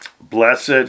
Blessed